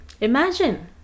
imagine